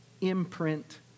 imprint